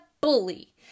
bully